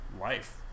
life